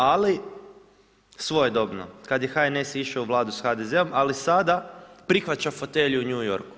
Ali, svojedobno, kad je HNS išao u Vladu sa HDZ-om, ali sada prihvaća fotelju u New Yorku.